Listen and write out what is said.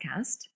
podcast